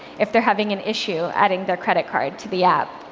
if they're having an issue adding their credit card to the app.